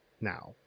now